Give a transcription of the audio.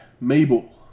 Mabel